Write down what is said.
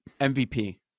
MVP